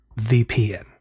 VPN